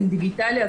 מה